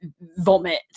Vomit